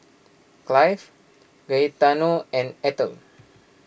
Cleve Gaetano and Ethyl